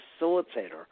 facilitator